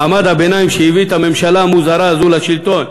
מעמד הביניים שהביא את הממשלה המוזרה הזו לשלטון,